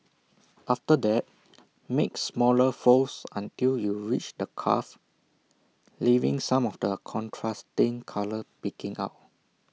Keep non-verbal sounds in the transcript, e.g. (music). (noise) after that make smaller folds until you reach the cuff leaving some of the contrasting colour peeking out